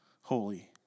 Holy